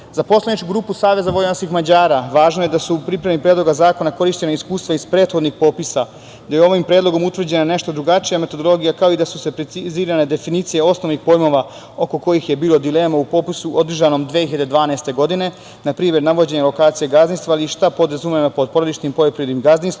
poslaničku grupu SVM važno je da su u pripremi Predloga zakona korišćena iskustva iz prethodnih popisa, gde je ovim predlogom utvrđena nešto drugačija metodologija, kao i da su precizirane definicije osnovnih pojmova oko kojih je bilo dilema u popisu održanom 2012. godine, npr. navođenje lokacije gazdinstava i šta podrazumeva pod porodičnim poljoprivrednim gazdinstvom.